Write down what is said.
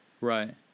Right